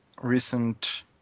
recent